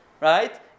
Right